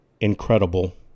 incredible